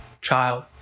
child